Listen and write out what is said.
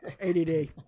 ADD